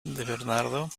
bernardo